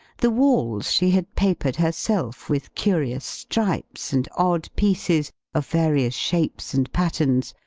the walls she had papered herself, with curious stripes and odd pieces, of various shapes and patterns,